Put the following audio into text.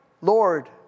Lord